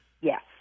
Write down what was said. Yes